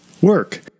work